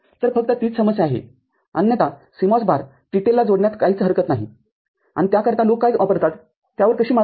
तरफक्त तीच समस्या आहे अन्यथा CMOS भार TTL ला जोडण्यात काहीच हरकत नाही आणि त्याकरता लोक काय वापरतात त्यावर कशी मात करायची